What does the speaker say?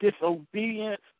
disobedience